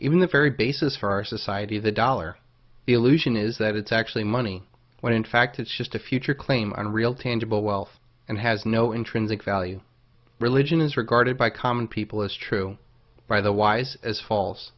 even the very basis for our society the dollar the illusion is that it's actually money when in fact it's just a future claim on real tangible wealth and has no intrinsic value religion is regarded by common people as true by the wise as fal